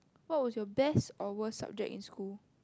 what was your best or worst subject in school